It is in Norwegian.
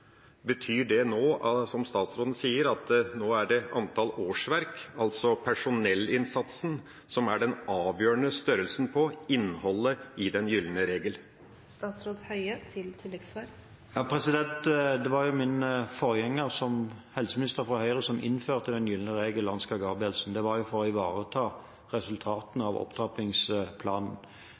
Betyr det, som statsråden sier, at det nå er antall årsverk – altså personellinnsatsen – som er den avgjørende størrelsen på innholdet i den gylne regel? Det var min forgjenger som helseminister fra Høyre som innførte den gylne regel, Ansgar Gabrielsen. Det var for å ivareta resultatene av opptrappingsplanen.